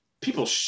people